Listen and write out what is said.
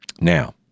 Now